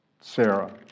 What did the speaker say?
Sarah